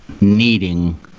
Needing